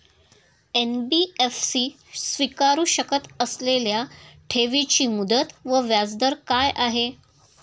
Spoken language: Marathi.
एन.बी.एफ.सी स्वीकारु शकत असलेल्या ठेवीची मुदत व व्याजदर काय आहे?